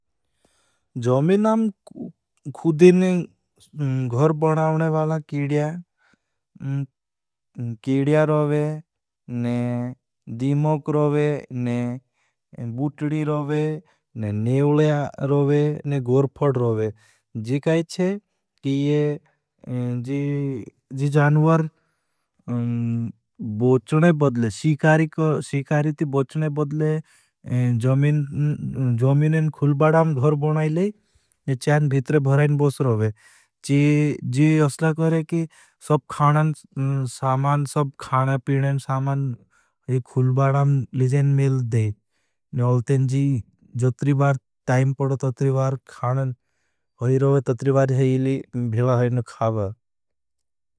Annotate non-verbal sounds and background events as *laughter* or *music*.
जमीनां खुदिनें घर बनाओने वाला कीडिया। *hesitation* कीडिया रोवे, दीमोक रोवे, बुट्ड़ी रोवे, नेवलया रोवे, गोरफट रोवे। जी काई चे, जी जानवार *hesitation* बोचने बदले, सीकारी ती बोचने बदले, जमीनें खुलबाडां घर बनाओने। चैन भीटरे भराइन बोच रोवे, जी जी असला करे की सब खाना, सामान, सब खाना पीड़ें, सामान, खुलबाडां लिजेन मेल देई। ने अलतें जी जो तुरी बार टाइम पड़ा, तुरी बार खाना, होई रोवे, तुरी बार है इली, भिला होईन खाबा।